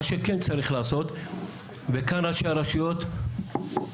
מה שכן צריך לעשות וכאן ראשי הרשויות שהן